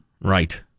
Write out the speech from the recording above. Right